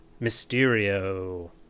Mysterio